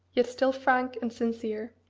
yet still frank and sincere.